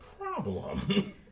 problem